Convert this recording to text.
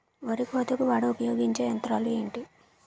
వరి కోతకు వాడే ఉపయోగించే యంత్రాలు ఏంటి?